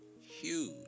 huge